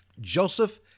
Joseph